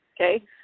Okay